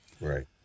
Right